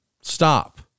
Stop